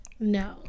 No